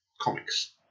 Comics